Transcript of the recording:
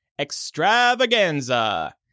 extravaganza